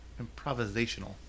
improvisational